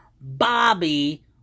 Bobby